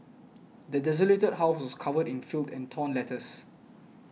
the desolated house was covered in filth and torn letters